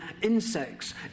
insects